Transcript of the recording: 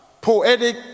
poetic